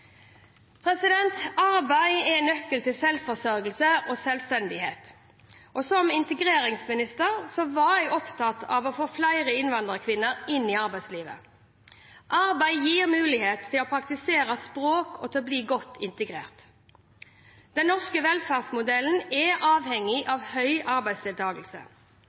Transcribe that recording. Arbeid er nøkkelen til selvforsørgelse og selvstendighet. Som integreringsminister var jeg opptatt av å få flere innvandrerkvinner inn i arbeidslivet. Arbeid gir mulighet til å praktisere språk og til å bli godt integrert. Den norske velferdsmodellen er avhengig av høy